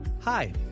Hi